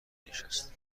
مینشست